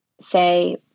say